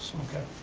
okay.